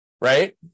right